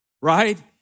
Right